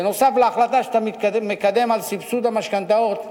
בנוסף להחלטה שאתה מקדם על סבסוד המשכנתאות,